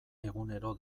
egunero